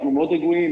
אנחנו מאוד רגועים.